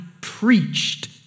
preached